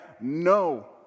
no